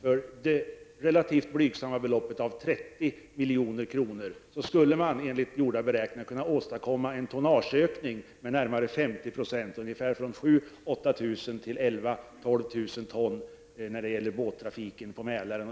För det relativt blygsamma beloppet av 30 milj.kr. skulle man enligt gjorda beräkningar kunna åstadkomma en tonnageökning vad gäller båttrafiken på Mälaren med närmare 50 %, ungefär från 7 000--8 000 till 11 000--12 000 ton.